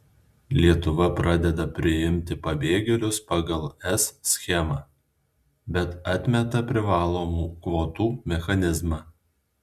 lietuva pradeda priimti pabėgėlius pagal es schemą bet atmeta privalomų kvotų mechanizmą